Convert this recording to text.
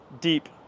deep